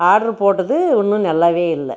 order போட்டது ஒன்றும் நல்லாவே இல்லை